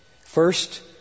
First